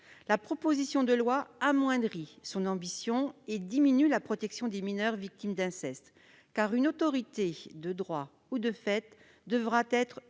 la proposition de loi amoindrit son ambition et diminue la protection des mineurs victimes d'inceste. En effet, une autorité de droit ou de fait devra être démontrée,